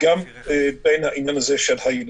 גם בעניין הזה של הילדים.